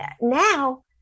Now